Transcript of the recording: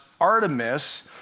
Artemis